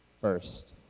First